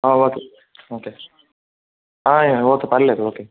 okay okay okay పర్లేదు okay